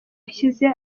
yashyize